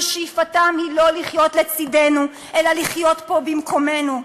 ששאיפתם היא לא לחיות לצדנו אלא לחיות פה במקומנו,